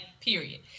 period